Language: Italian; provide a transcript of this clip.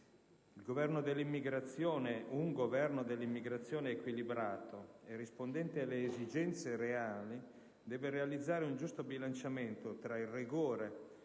imprese e delle famiglie. Un governo dell'immigrazione equilibrato e rispondente alle esigenze reali deve realizzare un giusto bilanciamento tra il rigore